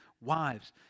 wives